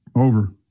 over